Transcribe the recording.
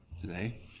today